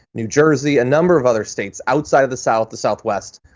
new jersey, a number of other states outside of the south, the southwest.